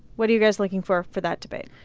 what are you guys looking for for that debate?